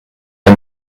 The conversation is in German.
der